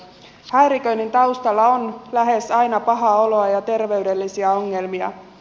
häiriköinnin taustalla on lähes aina pahaa oloa ja terveydellisiä ongelmia